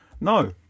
no